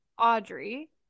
Audrey